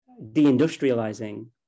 deindustrializing